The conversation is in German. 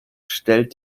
stellte